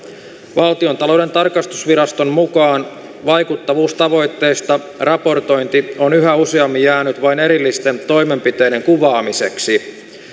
valtiontalouden tarkastusviraston mukaan vaikuttavuustavoitteista raportointi on yhä useammin jäänyt vain erillisten toimenpiteiden kuvaamiseksi